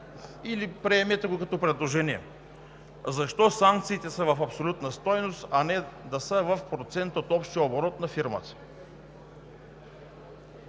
го приемете като предложение, е защо санкциите са в абсолютна стойност, а не са в процент от общия оборот на фирмата.